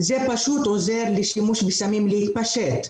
זה פשוט עוזר לשימוש בסמים להתפשט,